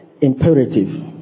imperative